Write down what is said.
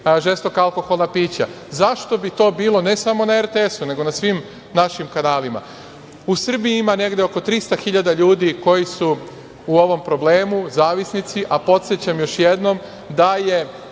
žestoka alkoholna pića. Zašto bi to bilo, ne samo na RTS-u, nego na svim našim kanalima?U Srbiji ima negde oko 300 hiljada ljudi koji su u ovom problemu zavisnici, a podsećam još jednom da je